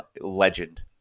legend